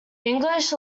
english